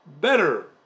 better